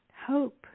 Hope